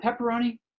pepperoni